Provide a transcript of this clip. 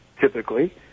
typically